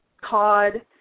cod